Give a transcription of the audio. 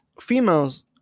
females